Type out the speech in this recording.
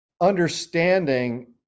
understanding